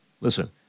listen